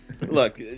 look